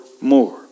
more